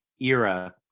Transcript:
era